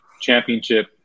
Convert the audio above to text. Championship